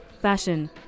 Fashion